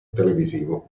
televisivo